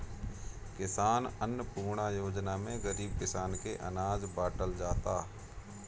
किसान अन्नपूर्णा योजना में गरीब किसान के अनाज बाटल जाता